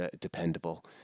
dependable